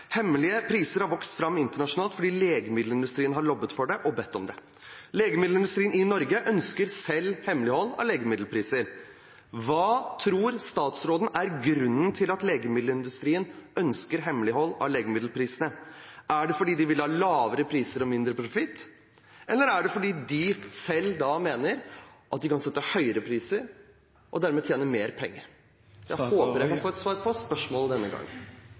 Hemmelige priser har vokst fram internasjonalt fordi legemiddelindustrien har lobbet for det og bedt om det. Legemiddelindustrien i Norge ønsker selv hemmelighold av legemiddelpriser. Hva tror statsråden er grunnen til at legemiddelindustrien ønsker hemmelighold av legemiddelprisene? Er det fordi de vil ha lavere priser og mindre profitt, eller er det fordi de selv mener at de da kan sette høyere priser og dermed tjene mer penger? Jeg håper at jeg kan få et svar på spørsmålet denne